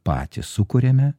patys sukuriame